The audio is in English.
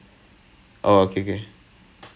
so he didn't know how to play the instrument